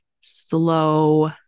slow